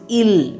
ill